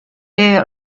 est